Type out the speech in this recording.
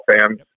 fans